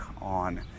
on